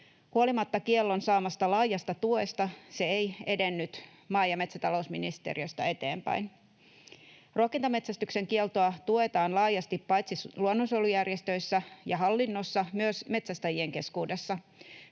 Huolimatta kiellon saamasta laajasta tuesta se ei edennyt maa- ja metsätalousministeriöstä eteenpäin. Ruokintametsästyksen kieltoa tuetaan laajasti paitsi luonnonsuojelujärjestöissä ja hallinnossa myös metsästäjien keskuudessa.